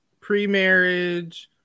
pre-marriage